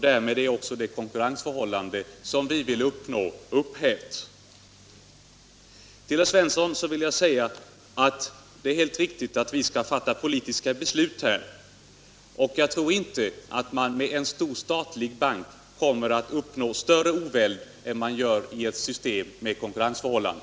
Därmed är också det konkurrensförhållande som vi vill uppnå upphävt. Till herr Svensson i Malmö vill jag säga att det är helt riktigt att vi skall fatta politiska beslut här. Jag tror inte att vi med en stor statlig bank kommer att kunna uppnå större oväld än vi gör i ett system med ett konkurrensförhållande.